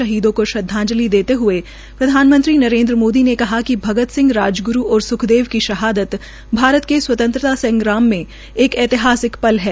शहीदों को श्रद्वाजंलि देते हुए प्रधानमंत्री नरेन्द्र मोदी ने कहा कि भगत सिंह राजग्रू और स्खदेव की शहादत भारत के स्वतंत्रता संग्राम मे एक ऐतिहासिक पल है